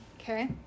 Okay